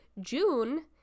June